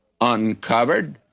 uncovered